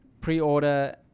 pre-order